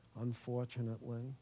unfortunately